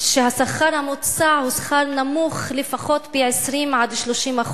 שהשכר המוצע הוא שכר נמוך לפחות ב-20% 30%,